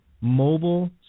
mobile